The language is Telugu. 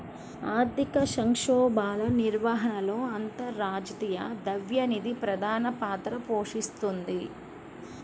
ఆర్థిక సంక్షోభాల నిర్వహణలో అంతర్జాతీయ ద్రవ్య నిధి ప్రధాన పాత్ర పోషిస్తోంది